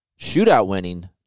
shootout-winning